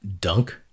dunk